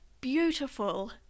beautiful